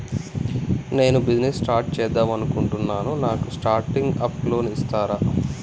నేను business start చేద్దామనుకుంటున్నాను నాకు స్టార్టింగ్ అప్ లోన్ ఇస్తారా?